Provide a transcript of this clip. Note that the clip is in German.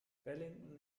wellington